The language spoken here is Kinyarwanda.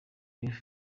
youth